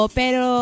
pero